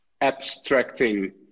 abstracting